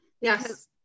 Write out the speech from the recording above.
Yes